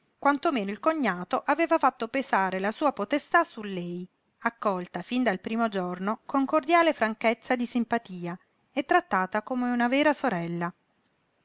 meno il cognato aveva fatto pesare la sua potestà su lei accolta fin dal primo giorno con cordiale franchezza di simpatia e trattata come una vera sorella